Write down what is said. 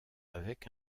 avec